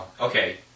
Okay